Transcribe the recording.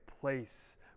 place